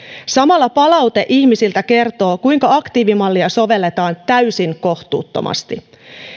samalla palaute ihmisiltä kertoo kuinka aktiivimallia sovelletaan täysin kohtuuttomasti